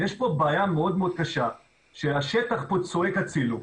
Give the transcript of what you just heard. יש פה בעיה מאוד מאוד קשה שהשטח צועק הצילו,